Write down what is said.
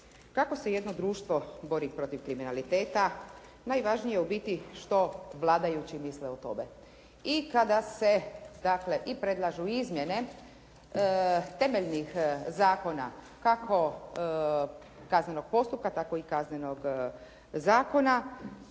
Kako se jedno društvo bori protiv kriminaliteta, najvažnije je ubiti što vladajući misle o tome. I kada se dakle i predlažu izmjene temeljnih zakona, kako kaznenog postupka, tako i Kaznenog zakona